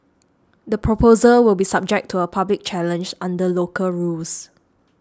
the proposal will be subject to a public challenge under local rules